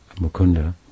Mukunda